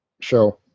show